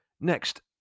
next